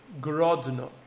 Grodno